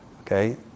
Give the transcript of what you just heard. okay